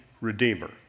Redeemer